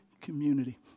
community